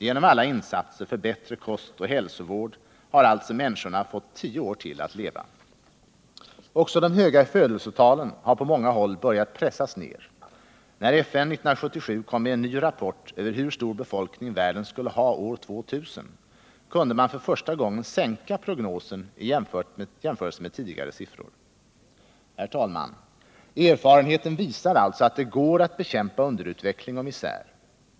Genom alla insatser för bättre kost och hälsovård har alltså människorna fått tio år till att leva. —- Också de höga födelsetalen har på många håll börjat pressas ner. När FN 1977 kom med en ny rapport över hur stor befolkning världen skulle ha år 2000 kunde man för första gången sänka prognosen i jämförelse med tidigare siffror. Herr talman! Erfarenheten visar alltså att det går att bekämpa underutveckling och misär.